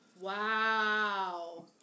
Wow